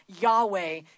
Yahweh